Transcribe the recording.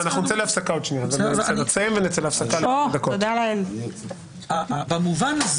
במובן הזה